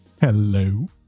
Hello